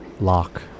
Lock